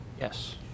yes